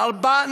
ארבע.